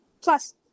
plus